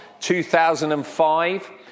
2005